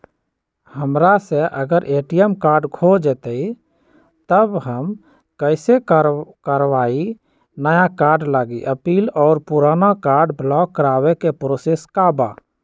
हमरा से अगर ए.टी.एम कार्ड खो जतई तब हम कईसे करवाई नया कार्ड लागी अपील और पुराना कार्ड ब्लॉक करावे के प्रोसेस का बा?